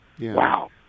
wow